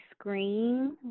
screen